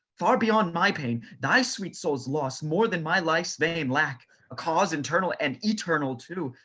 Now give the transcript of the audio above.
far beyond my pain, thy sweet soul's loss, more than my life's vain lack a cause internal, and eternal too.